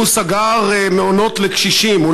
הוא סגר מעונות לקשישים.